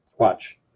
Watch